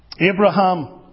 Abraham